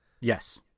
Yes